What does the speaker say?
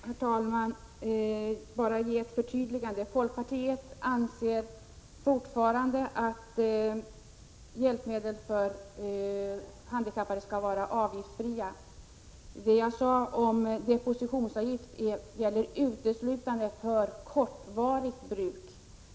Herr talman! Jag vill göra ett förtydligande. Folkpartiet anser fortfarande att hjälpmedel för handikappade skall vara avgiftsfria. Det jag sade om depositionsavgift gällde uteslutande för kortvarigt bruk.